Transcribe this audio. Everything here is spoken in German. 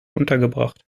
untergebracht